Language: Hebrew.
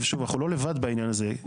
שוב, אנחנו לא לבד בעניין הזה.